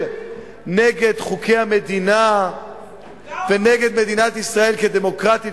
נגד חוקי המדינה ונגד מדינת ישראל כדמוקרטית